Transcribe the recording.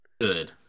Good